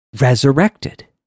resurrected